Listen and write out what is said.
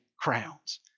crowns